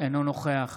אינו נוכח